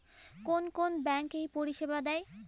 কোন কোন ব্যাঙ্ক এই পরিষেবা দেয়?